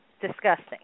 disgusting